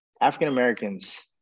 African-Americans